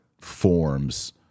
forms